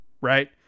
Right